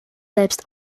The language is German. selbst